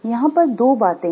यहाँ पर दो बातें हैं